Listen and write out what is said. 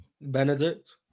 Benedict